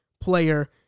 player